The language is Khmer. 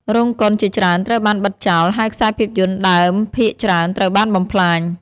រោងកុនជាច្រើនត្រូវបានបិទចោល ហើយខ្សែភាពយន្តដើមភាគច្រើនត្រូវបានបំផ្លាញ។